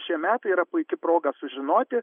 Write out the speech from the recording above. šie metai yra puiki proga sužinoti